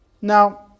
Now